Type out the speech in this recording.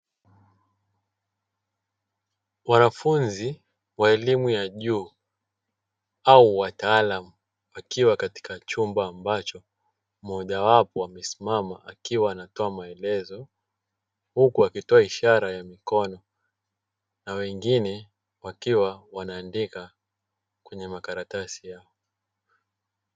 Wanafunzi wa elimu ya juu au wataalamu wakiwa katika chumba ambacho mmoja wao amesimama, akiwa anatoa maelezo hukua kitoa ishara ya mikono, na wengine wakiwa wanaandika kwenye makaratasi yao.